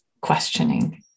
questioning